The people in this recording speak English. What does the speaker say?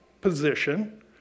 position